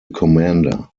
commander